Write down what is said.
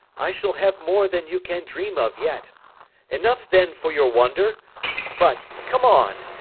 i shall have more than you can dream of yet enough then for your wonder but come on,